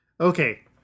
Okay